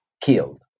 killed